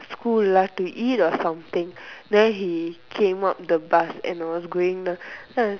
school lah to eat or something then he came up the bus and I was going down then I was